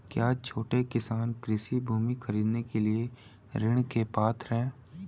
क्या छोटे किसान कृषि भूमि खरीदने के लिए ऋण के पात्र हैं?